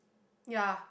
ya